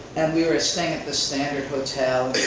and we were staying at this standard hotel,